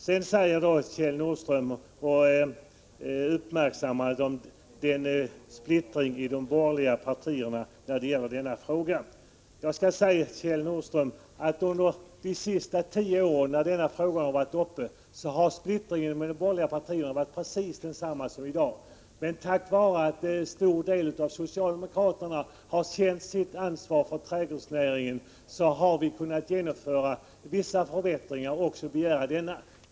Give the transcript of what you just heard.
Sedan tar Kjell Nordström upp splittringen i de borgerliga partierna när det gäller denna fråga. Jag skall säga till Kjell Nordström att splittringen under de senaste tio åren då denna fråga har varit uppe har varit precis densamma som i dag. Men tack vare att en stor del av socialdemokraterna har känt sitt ansvar för trädgårdsnäringen har vi kunnat genomföra vissa Prot. 1985/86:106 förbättringar och även begära denna.